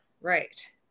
right